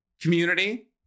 community